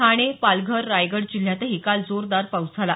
ठाणे पालघर रायगड जिल्ह्यातही काल जोरदार पाऊस झाला